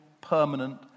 permanent